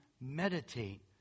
meditate